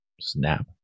Snap